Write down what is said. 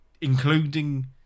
including